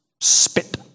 Spit